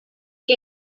que